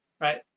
right